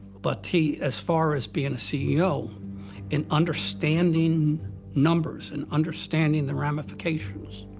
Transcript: but he, as far as being a ceo and understanding numbers and understanding the ramifications,